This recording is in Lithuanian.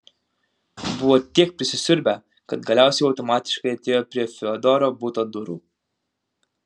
buvo tiek prisisiurbę kad galiausiai automatiškai atėjo prie fiodoro buto durų